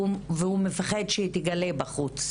והוא מפחד שהיא תגלה בחוץ.